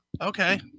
Okay